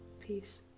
Peace